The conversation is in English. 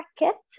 market